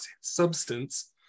substance